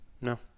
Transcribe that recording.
No